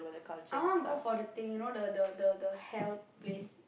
I want go for the thing you know the the the hell place